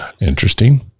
Interesting